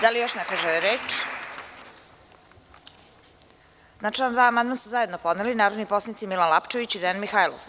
Da li još neko želi reče? (Ne.) Na član 2. amandman su zajedno podneli narodni poslanici Milan Lapčević i Dejan Mihajlov.